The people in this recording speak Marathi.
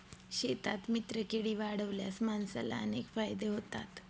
शेतात मित्रकीडी वाढवल्यास माणसाला अनेक फायदे होतात